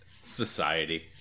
society